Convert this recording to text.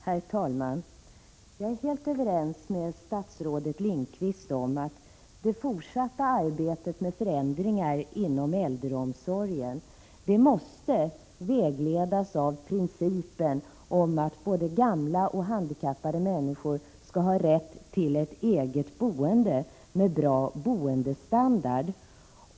Herr talman! Jag är helt överens med statsrådet Lindqvist om att det fortsatta arbetet med förändringar inom äldreomsorgen måste vägledas av principen om att både gamla och handikappade människor skall ha rätt till ett eget boende med bra boendestandard.